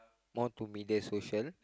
more to media social